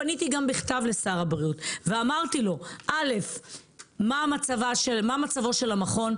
פניתי גם בכתב לשר הבריאות ושאלתי אותו מה מצבו של המכון,